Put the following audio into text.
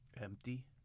Empty